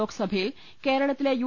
ലോക്സഭയിൽ കേരളത്തിലെ യു